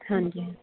ਹਾਂਜੀ